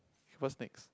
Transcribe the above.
what's next